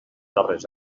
darrers